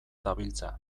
dabiltza